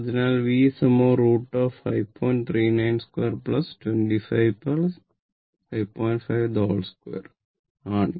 അതിനാൽ ഇത് V √2 ആണ്